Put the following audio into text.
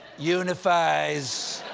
unifies.